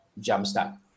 jumpstart